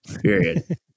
period